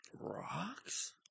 Rocks